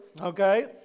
okay